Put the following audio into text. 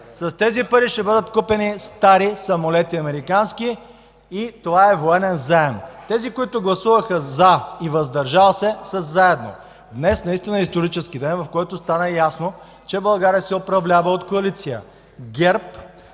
с тези пари ще бъдат купени стари американски самолети и това е военен заем! Тези, които гласуваха „за” и „въздържал се”, са заедно. Днес наистина е исторически ден, в който стана ясно, че България ще се управлява от коалиция ГЕРБ,